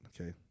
Okay